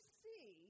see